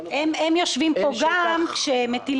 אני לא יודע איך קוראים